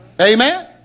amen